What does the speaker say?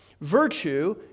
Virtue